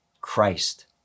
Christ